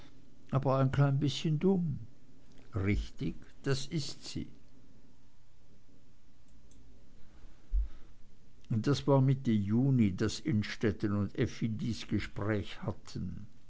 aber ein klein bißchen dumm richtig das ist sie das war mitte juni daß innstetten und effi dies gespräch hatten